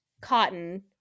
cotton